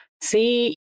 see